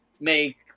make